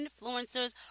Influencers